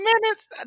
minutes